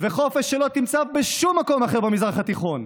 וחופש שלא תמצא בשום מקום אחר במזרח התיכון.